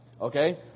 Okay